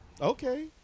Okay